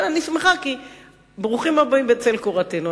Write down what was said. אבל אני שמחה, כי ברוכים הבאים בצל קורתנו.